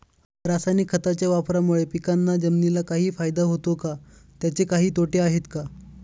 रासायनिक खताच्या वापरामुळे पिकांना व जमिनीला काही फायदा होतो का? त्याचे काही तोटे आहेत का?